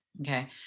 Okay